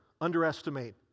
underestimate